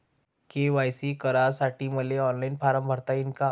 KYC करासाठी मले online form भरता येईन का?